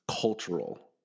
cultural